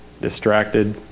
distracted